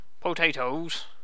Potatoes